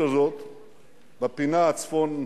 זו פגיעה